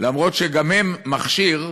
אף שגם הן מכשיר,